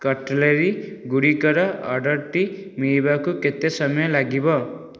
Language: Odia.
କଟ୍ଲେରୀ ଗୁଡ଼ିକର ଅର୍ଡ଼ରଟି ମିଳିବାକୁ କେତେ ସମୟ ଲାଗିବ